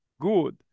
good